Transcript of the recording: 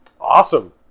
Awesome